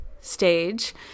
stage